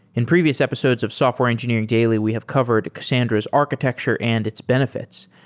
in previous episodes of software engineering daily we have covered cassandra's architecture and its benefits,